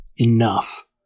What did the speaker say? enough